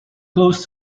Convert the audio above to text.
close